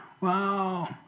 Wow